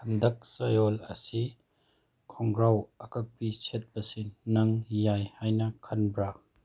ꯍꯟꯗꯛ ꯆꯌꯣꯜ ꯑꯁꯤ ꯈꯣꯡꯒ꯭ꯔꯥꯎ ꯑꯀꯛꯄꯤ ꯁꯦꯠꯄꯁꯤ ꯅꯪ ꯌꯥꯏ ꯍꯥꯏꯅ ꯈꯟꯕ꯭ꯔꯥ